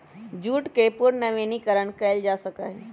jute के पुनर्नवीनीकरण कइल जा सका हई